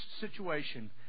situation